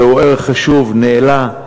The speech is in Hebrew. זהו ערך חשוב, נעלה.